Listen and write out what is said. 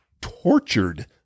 tortured